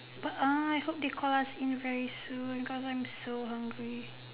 but uh I hope they call us in soon cause I'm so hungry